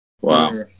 Wow